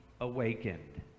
awakened